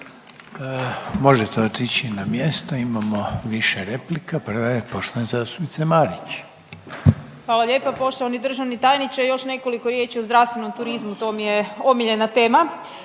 Možete otići na mjesto imamo više replika, prava je poštovane zastupnice Marić. **Marić, Andreja (SDP)** Hvala lijepa. Poštovani državni tajniče, još nekoliko riječi o zdravstvenom turizmu to mi je omiljena tema.